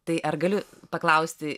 tai ar galiu paklausti